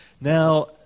now